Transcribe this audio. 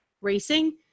racing